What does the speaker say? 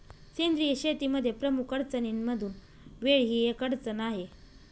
सेंद्रिय शेतीमध्ये प्रमुख अडचणींमधून वेळ ही एक अडचण आहे